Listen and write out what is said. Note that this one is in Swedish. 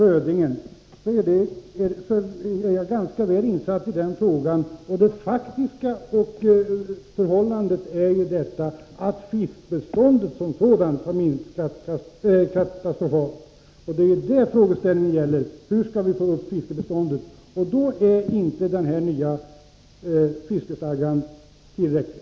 Jag är ganska väl insatt i frågan om rödingbeståndet, och det faktiska förhållandet är att fiskbeståndet som sådant har minskat katastrofalt. Det frågeställningen gäller är hur vi skall kunna öka fiskebeståndet. För att man skall kunna lösa den frågan är inte den nya fiskestadgan tillräcklig.